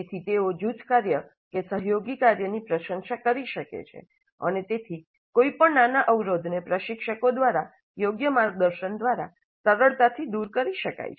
તેથી તેઓ જૂથ કાર્ય કે સહયોગી કાર્ય ની પ્રશંસા કરી શકે છે અને તેથી કોઈ પણ નાના અવરોધને પ્રશિક્ષકો દ્વારા યોગ્ય માર્ગદર્શન દ્વારા સરળતાથી દૂર કરી શકાઈ છે